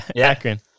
Akron